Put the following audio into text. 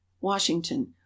Washington